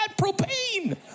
propane